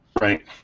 Right